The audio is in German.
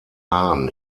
hahn